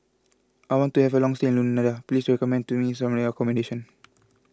I want to have long stay in Luanda please recommend to me some accommodation